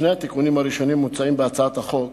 שני התיקונים הראשונים המוצעים בהצעת החוק